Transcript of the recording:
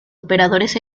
operadores